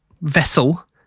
vessel